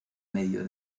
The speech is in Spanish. medio